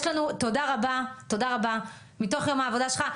יש לנו תודה רבה מתוך יום העבודה שלך,